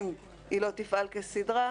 אם היא לא תפעל כסדרה,